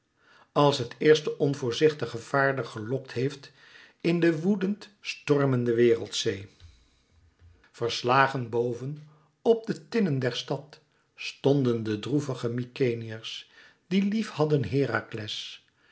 als het eerst den onvoorzichtigen vaarder gelokt heeft in de woedend stormende wereldzee verslagen boven op de tinnen der stad stonden de droevige mykenæërs die lief hadden herakles